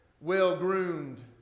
well-groomed